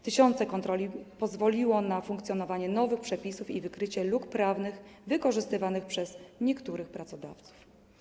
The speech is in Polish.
Tysiące kontroli pozwoliło na funkcjonowanie nowych przepisów i wykrycie luk prawnych wykorzystywanych przez niektórych pracodawców.